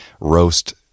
roast